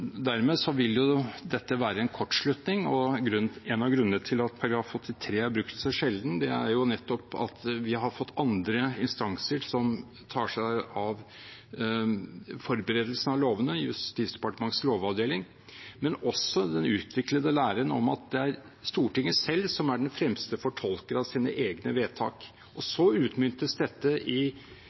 Dermed vil dette være en kortslutning. En av grunnene til at § 83 er brukt så sjelden, er jo nettopp at vi har fått andre instanser som tar seg av forberedelsen av lovene, Justisdepartementets lovavdeling, men også den utviklede læren om at det er Stortinget selv som er den fremste fortolker av sine egne vedtak. Så utnyttes dette i